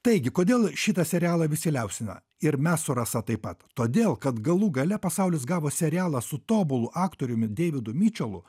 taigi kodėl šitą serialą visi liaupsina ir mes su rasa taip pat todėl kad galų gale pasaulis gavo serialą su tobulu aktoriumi deividu mičelu